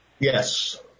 Yes